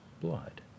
blood